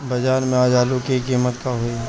बाजार में आज आलू के कीमत का होई?